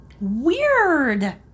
Weird